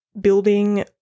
building